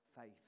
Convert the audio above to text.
faith